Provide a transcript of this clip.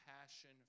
passion